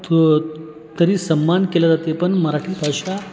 तो तरी सम्मान केला जाते पण मराठी भाषा